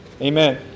Amen